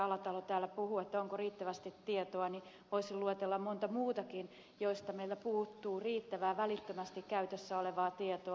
alatalo täällä puhui onko riittävästi tietoa voisin luetella monta muutakin joista meiltä puuttuu riittävää välittömästi käytössä olevaa tietoa